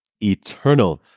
eternal